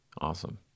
awesome